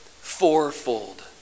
fourfold